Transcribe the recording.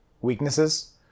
weaknesses